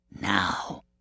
Now